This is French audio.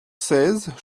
seize